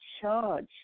charge